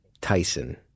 Tyson